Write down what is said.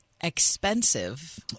expensive